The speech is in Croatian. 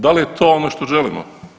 Da li je to ono što želimo?